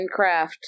Minecraft